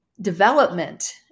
development